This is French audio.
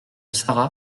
sara